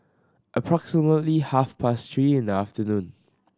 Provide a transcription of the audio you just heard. approximately half past three in the afternoon